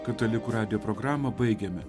katalikų radijo programą baigiame